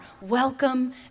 welcome